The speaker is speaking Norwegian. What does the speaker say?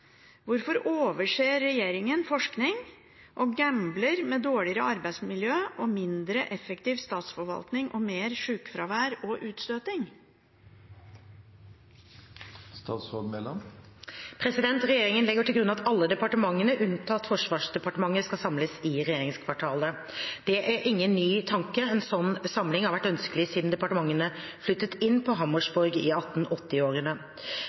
Hvorfor overser regjeringen forskning og gambler med dårligere arbeidsmiljø, mindre effektiv statsforvaltning og mer sykefravær og utstøting?» Regjeringen legger til grunn at alle departementene, unntatt Forsvarsdepartementet, skal samles i regjeringskvartalet. Dette er ingen ny tanke. En slik samling har vært ønsket siden departementene flyttet inn på Hammersborg i